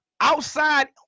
outside